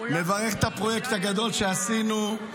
מברך את הפרויקט הגדול שעשינו.